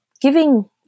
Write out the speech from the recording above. giving